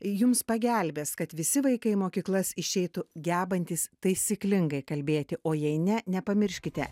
jums pagelbės kad visi vaikai mokyklas išeitų gebantys taisyklingai kalbėti o jei ne nepamirškite